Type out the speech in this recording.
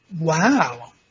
Wow